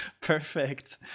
Perfect